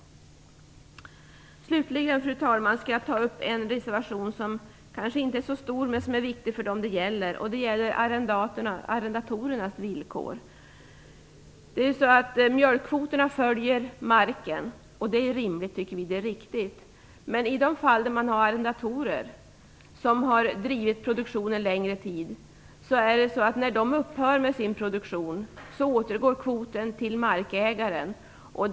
Slutligen vill jag ta upp en reservation som kanske inte behandlar en särskilt stor fråga, men den är viktig för dem det gäller. Det gäller arrendatorernas villkor. Mjölkkvoterna följer marken, och det tycker vi är rimligt och riktigt. I en del fall har dock arrendatorer bedrivit produktionen en längre tid. När de upphör med sin produktion återgår kvoten till markägaren.